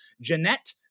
Jeanette